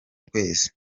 kwezi